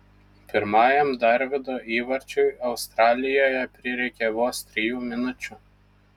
pirmajam darvydo įvarčiui australijoje prireikė vos trijų minučių